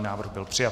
Návrh byl přijat.